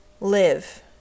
live